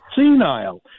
senile